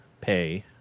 pay